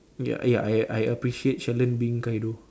ya ya I I appreciate Sheldon being Kaido